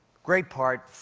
great part,